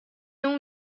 اون